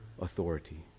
authority